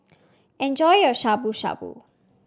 enjoy your Shabu Shabu